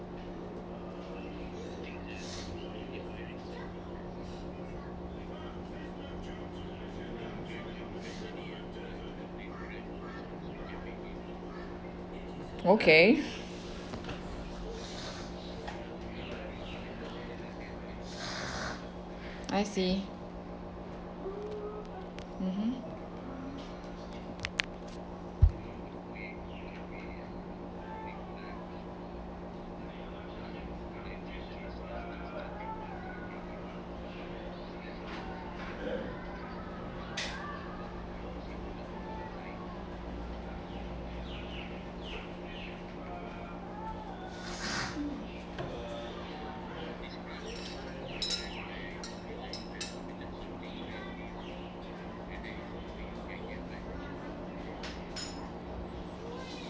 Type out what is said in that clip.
okay I see mmhmm